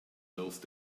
those